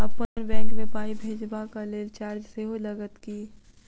अप्पन बैंक मे पाई भेजबाक लेल चार्ज सेहो लागत की?